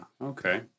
Okay